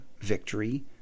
victory